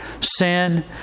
sin